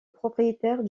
propriétaire